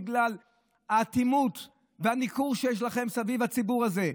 בגלל האטימות והניכור שיש לכם סביב הציבור הזה.